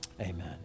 Amen